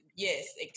Yes